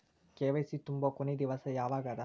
KYC ತುಂಬೊ ಕೊನಿ ದಿವಸ ಯಾವಗದ?